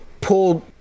pulled